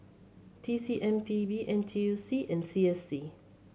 T C M P B N T U C and C S C